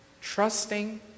Trusting